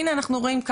והנה אנחנו רואים,